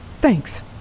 Thanks